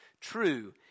true